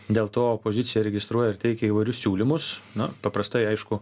dėl to opozicija registruoja ir teikia įvairius siūlymus na paprastai aišku